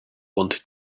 wanted